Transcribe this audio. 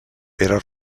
pere